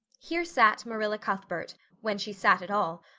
here sat marilla cuthbert, when she sat at all,